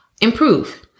improve